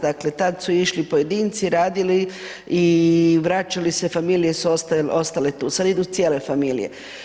Dakle tada su išli pojedinci radili i vraćali se familije su ostale tu, sada idu cijele familije.